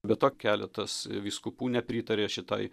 be to keletas vyskupų nepritarė šitai